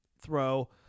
throw